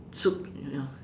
soup you know